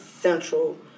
central